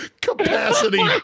Capacity